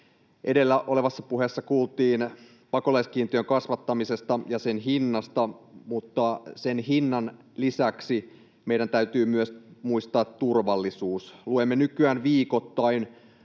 Edellä olevassa puheessa kuultiin pakolaiskiintiön kasvattamisesta ja sen hinnasta, mutta sen hinnan lisäksi meidän täytyy muistaa myös turvallisuus. Luemme nykyään viikoittain